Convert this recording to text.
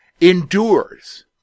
endures